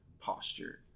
posture